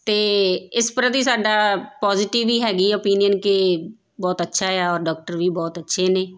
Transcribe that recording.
ਅਤੇ ਇਸ ਪ੍ਰਤੀ ਸਾਡਾ ਪੋਜੀਟਿਵ ਹੀ ਹੈਗੀ ਔਪੀਨੀਅਨ ਕਿ ਬਹੁਤ ਅੱਛਾ ਆ ਡੋਕਟਰ ਵੀ ਬਹੁਤ ਅੱਛੇ ਨੇ